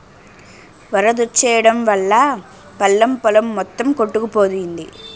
వరదొచ్చెయడం వల్లా పల్లం పొలం మొత్తం కొట్టుకుపోయింది